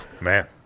Man